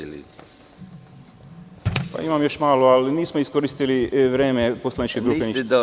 Imam još malo, ali nismo iskoristili vreme poslaničke grupe.